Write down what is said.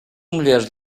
mulheres